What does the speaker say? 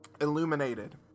illuminated